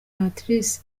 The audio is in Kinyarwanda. patrice